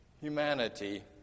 humanity